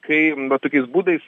kai tokiais būdais